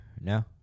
No